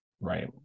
Right